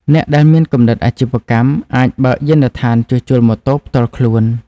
អ្នកដែលមានគំនិតអាជីវកម្មអាចបើកយានដ្ឋានជួសជុលម៉ូតូផ្ទាល់ខ្លួន។